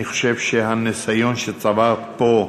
אני חושב שהניסיון שצברת פה,